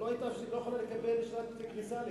היא לא היתה יכולה לקבל אשרת כניסה לישראל.